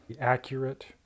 accurate